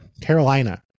Carolina